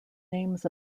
names